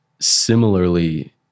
similarly